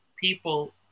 people